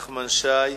התעשייה,